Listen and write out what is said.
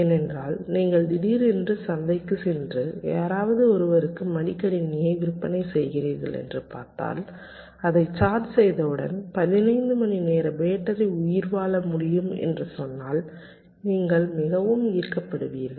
ஏனென்றால் நீங்கள் திடீரென்று சந்தைக்குச் சென்று யாராவது ஒருவருக்கு மடிக்கணினியை விற்பனை செய்கிறீர்கள் என்று பார்த்தால் அதை சார்ஜ் செய்தவுடன் 15 மணிநேர பேட்டரி உயிர்வாழ முடியும் என்று சொன்னால் நீங்கள் மிகவும் ஈர்க்கப்படுவீர்கள்